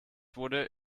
wurde